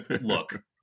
look